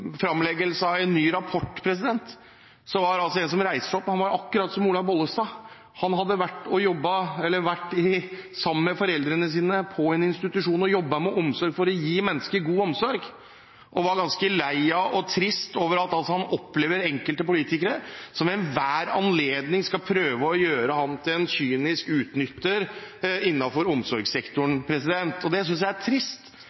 framleggelse av en ny rapport, reiste en av dem seg. Han var akkurat som Olaug V. Bollestad og hadde vært sammen med foreldrene sine på en institusjon. Han jobbet for å gi mennesker god omsorg, men var ganske lei og trist fordi han opplever at enkelte politikere ved enhver anledning skal prøve å gjøre ham til en kynisk utnytter innenfor omsorgssektoren. Det synes jeg er trist,